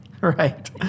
Right